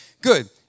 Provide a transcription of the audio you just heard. good